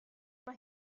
mae